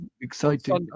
Exciting